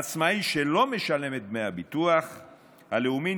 עצמאי שלא משלם את דמי הביטוח הלאומי,